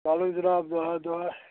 کَڑان جِناب دۄہا دۄہا